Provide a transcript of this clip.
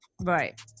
right